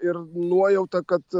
ir nuojauta kad